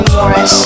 Morris